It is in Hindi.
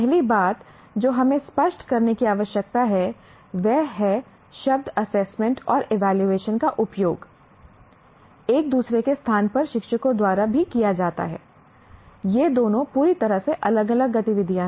पहली बात जो हमें स्पष्ट करने की आवश्यकता है वह है शब्द एसेसमेंट और इवैल्यूएशन का उपयोग एक दूसरे के स्थान पर शिक्षकों द्वारा भी किया जाता है ये दोनों पूरी तरह से अलग अलग गतिविधियाँ हैं